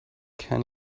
can